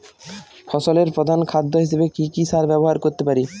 ফসলের প্রধান খাদ্য হিসেবে কি কি সার ব্যবহার করতে পারি?